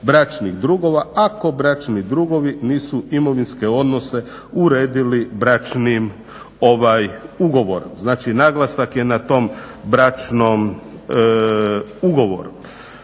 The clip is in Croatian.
bračnih drugova ako bračni drugovi nisu imovinske odnose uredili bračnim ugovorom. Znači naglasak je na tom bračnom ugovoru.